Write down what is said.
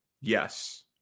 Yes